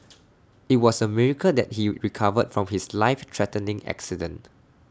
IT was A miracle that he recovered from his life threatening accident